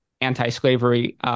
anti-slavery